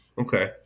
Okay